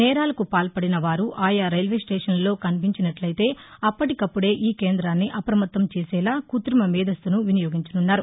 నేరాలకు పాల్పడిన వారు ఆయా రైల్వే స్టేషన్లలో కనిపించినట్లయితే అప్పదీకప్పుదే ఈ కేంద్రాన్ని అప్రమత్తం చేసేలా కృతిమ మేధస్సును వినియోగించనున్నారు